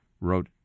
wrote